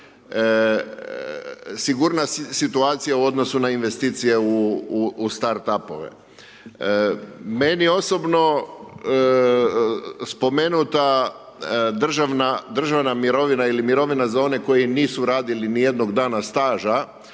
sigurna situacija u odnosu na investicije u start-up-ove. Meni osobno spomenuta državna mirovina ili mirovina za one koji nisu radili ni jednog dana staža